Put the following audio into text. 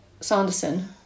Sanderson